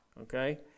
Okay